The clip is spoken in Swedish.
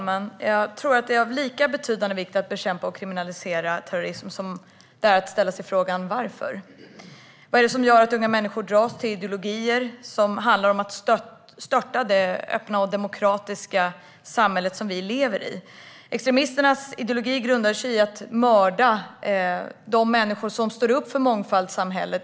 Herr talman! Av lika betydande vikt som att bekämpa och kriminalisera terrorism är att ställa sig frågan "Varför?". Vad är det som gör att unga människor dras till ideologier som handlar om att störta det öppna och demokratiska samhälle vi lever i? Extremisternas ideologi grundar sig att mörda de människor som står upp för mångfaldssamhället.